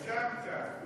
הגזמת.